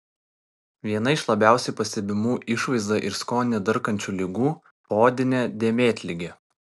viena iš labiausiai pastebimų išvaizdą ir skonį darkančių ligų poodinė dėmėtligė